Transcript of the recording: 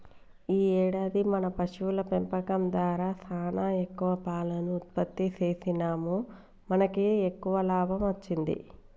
ఈ ఏడాది మన పశువుల పెంపకం దారా సానా ఎక్కువ పాలను ఉత్పత్తి సేసినాముమనకి ఎక్కువ లాభం అచ్చింది